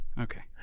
Okay